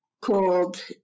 called